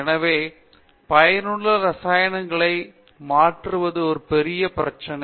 எனவே பயனுள்ள இரசாயனங்கள் மாற்றுவது ஒரு பெரிய பிரச்சனை